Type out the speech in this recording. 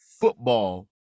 football